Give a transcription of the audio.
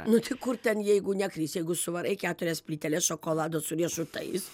nu tai kur ten jeigu neklysi jeigu suvarai keturias plyteles šokolado su riešutais